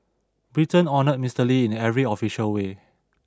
Britain honoured Mister Lee in every official way